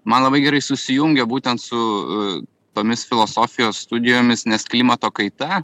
man labai gerai susijungia būtent su tomis filosofijos studijomis nes klimato kaita